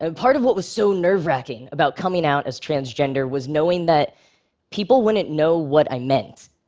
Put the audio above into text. ah part of what was so nerve-racking about coming out as transgender was knowing that people wouldn't know what i meant.